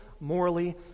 morally